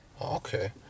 Okay